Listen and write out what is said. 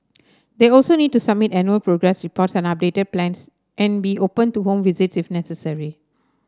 they also need to submit annual progress reports and updated plans and be open to home visits if necessary